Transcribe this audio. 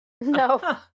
No